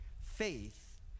faith